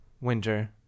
winter